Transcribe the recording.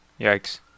yikes